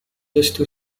لست